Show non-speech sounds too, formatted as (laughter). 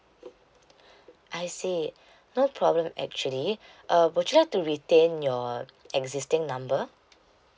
(breath) I see (breath) no problem actually (breath) uh would you like to retain your existing number